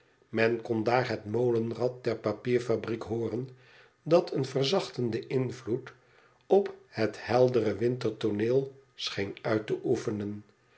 men kon daar het molenrad der papierfabriek hooren dat een verzachtenden invloed op het heldere wintertooneel scheen uit te oefenen